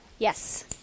Yes